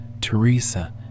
teresa